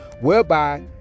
whereby